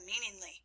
meaningly